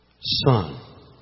son